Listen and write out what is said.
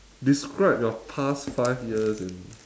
describe your past five years in